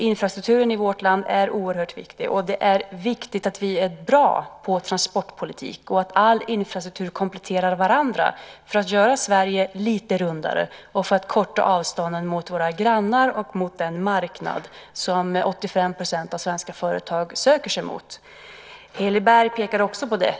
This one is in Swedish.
Infrastrukturen i vårt land är oerhört viktig. Det är viktigt att vi är bra på transportpolitik och att alla infrastrukturer kompletterar varandra för att Sverige ska göras lite rundare och för att avstånden till våra grannar och till den marknad som 85 % av svenska företag söker sig till ska kortas. Heli Berg pekar också på det.